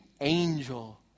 angel